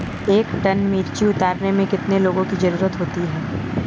एक टन मिर्ची उतारने में कितने लोगों की ज़रुरत होती है?